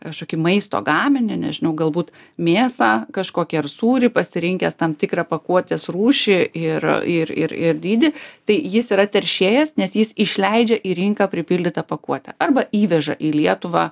kažkokį maisto gaminį nežinau galbūt mėsą kažkokį ar sūrį pasirinkęs tam tikrą pakuotės rūšį ir ir ir ir dydį tai jis yra teršėjas nes jis išleidžia į rinką pripildytą pakuotę arba įveža į lietuvą